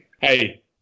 Hey